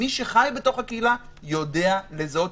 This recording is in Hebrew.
מי שחי בקהילה יודע לזהות,